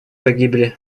погибли